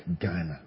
Ghana